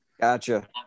gotcha